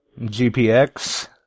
GPX